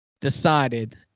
decided